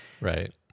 right